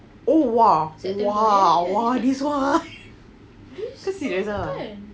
oh !wah! !wah! !wah! this month you serious ah